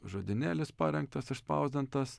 žodynėlis parengtas išspausdintas